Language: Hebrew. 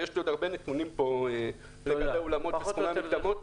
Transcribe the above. יש לי פה עוד הרבה נתונים לגבי אולמות וסכומי המקדמות.